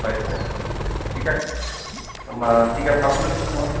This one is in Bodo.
फ्लइथजों फिकआफ होमबा फिकआफ खालामनांगोन नामा